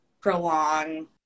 prolong